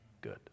good